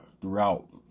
throughout